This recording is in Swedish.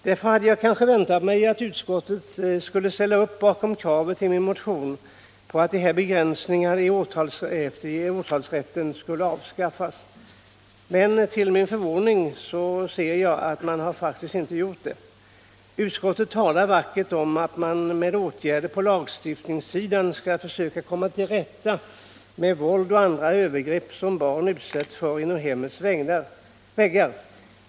Därför hade jag väntat mig att utskottet skulle ställa upp bakom kravet i min motion på att de här begränsningarna i åtalsrätten skulle avskaffas. Men till min stora förvåning ser jag att man faktiskt inte har gjort detta . Utskottet talar vackert om att man med åtgärder på lagstiftningssidan skall försöka komma till rätta med våld och andra övergrepp som barn utsätts för inom hemmets väggar.